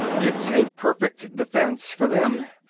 it's a perfect defense, for them.